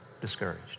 discouraged